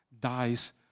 dies